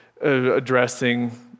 addressing